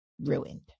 ruined